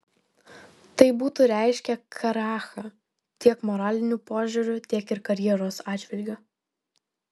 tai būtų reiškę krachą tiek moraliniu požiūriu tiek ir karjeros atžvilgiu